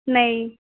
نہیں